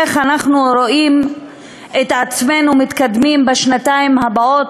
איך אנחנו רואים את עצמנו מתקדמים בשנתיים הבאות?